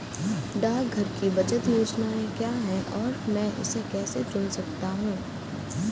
डाकघर की बचत योजनाएँ क्या हैं और मैं इसे कैसे चुन सकता हूँ?